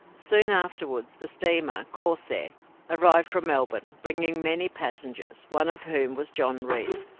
soon afterwards the steamer corsair arrived from melbourne, bringing many passengers, one of whom was john reeve,